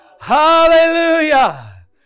Hallelujah